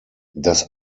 das